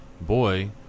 boy